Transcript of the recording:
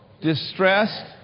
distressed